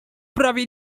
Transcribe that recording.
prawie